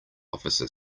officer